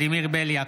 (קורא בשמות חברי הכנסת) ולדימיר בליאק,